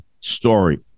story